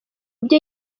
byo